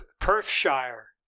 Perthshire